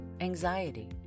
anxiety